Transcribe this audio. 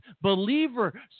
believer